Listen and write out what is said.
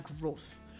growth